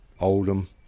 Oldham